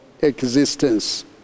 existence